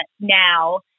now